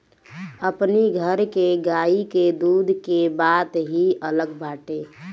अपनी घर के गाई के दूध के बात ही अलग बाटे